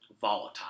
volatile